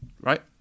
Right